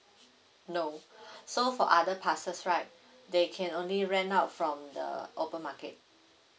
no so for other passes right they can only rent out from the open market